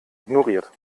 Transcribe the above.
ignoriert